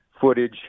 footage